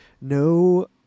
no